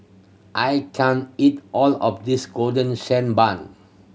I can't eat all of this Golden Sand Bun